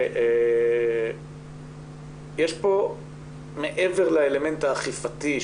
\ יש כאן - מעבר לאלמנט האכיפתי,